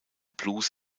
blues